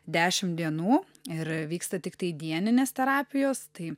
dešim dienų ir vyksta tiktai dieninės terapijos tai